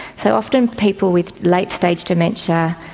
so, often people with late stage dementia,